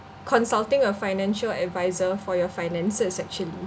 consulting a financial advisor for your finances actually